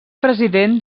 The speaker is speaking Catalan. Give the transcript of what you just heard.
president